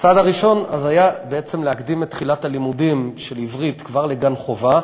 הצעד הראשון היה בעצם להקדים את תחילת לימוד העברית כבר לגן-חובה,